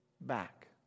back